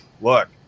look